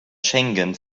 schengen